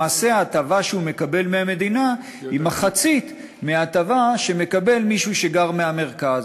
למעשה ההטבה שהוא מקבל מהמדינה היא מחצית מההטבה שמקבל מישהו שגר במרכז.